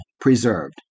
preserved